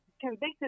convicted